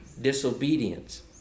disobedience